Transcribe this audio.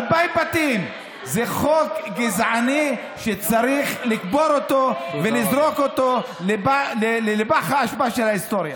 זה חוק גזעני שצריך לקבור אותו ולזרוק אותו לפח האשפה של ההיסטוריה.